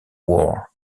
war